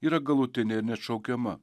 yra galutinė ir neatšaukiama